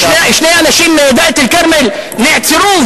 שני אנשים מדאלית-אל-כרמל נעצרו,